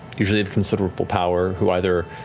usually of considerable power, who either